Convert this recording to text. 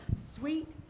sweet